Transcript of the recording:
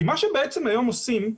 כי מה שבעצם היום עושים,